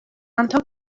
antaŭ